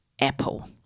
Apple